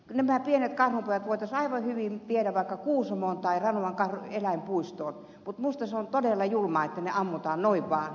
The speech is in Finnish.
nämä pienet karhunpojat voitaisiin aivan hyvin viedä vaikka kuusamoon tai ranuan eläinpuistoon mutta minusta se on todella julmaa että ne ammutaan noin vaan